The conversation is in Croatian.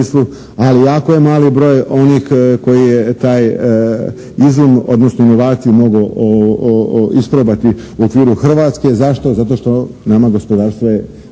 ali jako je mali broj onih koji taj izum odnosno inovaciju mogu isprobati u okviru Hrvatske. Zašto? Zato što nama gospodarstvo je